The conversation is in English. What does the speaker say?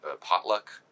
potluck